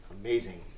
amazing